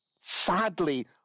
Sadly